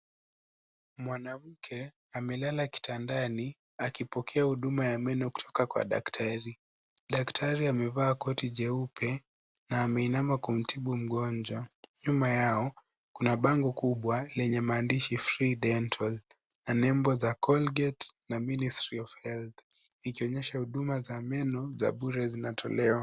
Mwanamke, amelala kitandani, akipokea huduma ya meno kutoka kwa daktari, daktari amevaa koti jeupe, na ameinama kumtibu mgonjwa, nyuma yao, kuna bango kubwa, lenye maandishi, free dental , na nembo za colgate , na ministry of health , ikionyesha huduma za meno, za bure zinatolewa.